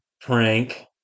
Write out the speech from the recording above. prank